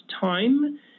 time